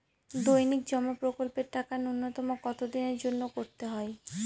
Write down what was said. দৈনিক জমা প্রকল্পের টাকা নূন্যতম কত দিনের জন্য করতে হয়?